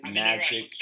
magic